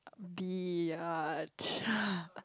be a charm